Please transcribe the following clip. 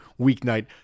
weeknight